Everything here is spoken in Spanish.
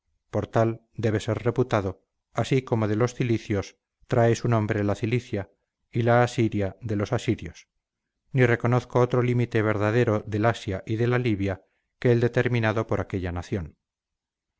tal debe ser reputado así como de los cilicios trae su nombre la cilicia y la asiria de los asirios ni reconozco otro límite verdadero del asia y de la libia que el determinado por aquella nación mas